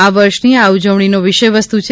આ વર્ષની આ ઉજવણીનો વિષયવસ્તુ છે